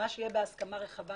מה שיהיה בהסכמה רחבה,